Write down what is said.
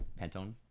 pantone